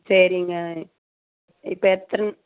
சரிங்க இப்போ எத்தனை